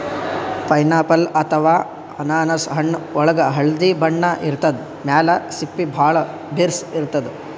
pineapple ಅಥವಾ ಅನಾನಸ್ ಹಣ್ಣ್ ಒಳ್ಗ್ ಹಳ್ದಿ ಬಣ್ಣ ಇರ್ತದ್ ಮ್ಯಾಲ್ ಸಿಪ್ಪಿ ಭಾಳ್ ಬಿರ್ಸ್ ಇರ್ತದ್